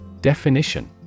Definition